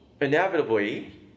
inevitably